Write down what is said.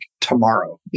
tomorrow